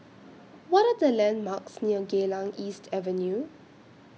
What Are The landmarks near Geylang East Avenue